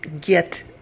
get